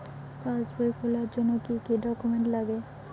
পাসবই খোলার জন্য কি কি ডকুমেন্টস লাগে?